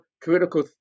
critical